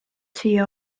siia